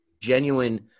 genuine –